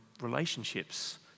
relationships